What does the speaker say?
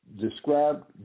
describe